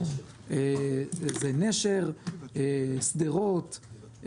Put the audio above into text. זה נשר, שדרות,